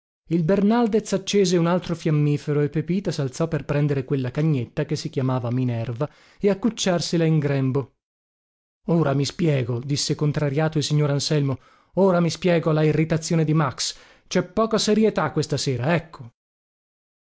il bernaldez accese un altro fiammifero e pepita salzò per prendere quella cagnetta che si chiamava minerva e accucciarsela in grembo ora mi spiego disse contrariato il signor anselmo ora mi spiego la irritazione di max cè poca serietà questa sera ecco